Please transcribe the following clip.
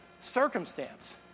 circumstance